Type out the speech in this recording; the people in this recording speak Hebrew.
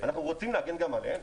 אנחנו רוצים להגן גם עליהם.